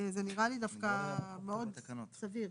זה נראה לי דווקא מאוד סביר.